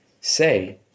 say